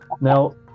Now